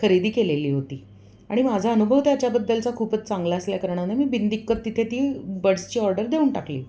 खरेदी केलेली होती आणि माझा अनुभव त्याच्याबद्दलचा खूपच चांगला असल्याकारणाने मी बिनदिक्कत तिथे ती बड्सची ऑर्डर देऊन टाकली